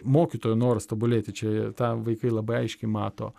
mokytojo noras tobulėti čia tą vaikai labai aiškiai mato